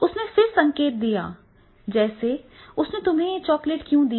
उसने फिर संकेत दिया जैसे उसने तुम्हें यह चॉकलेट क्यों दी